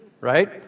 right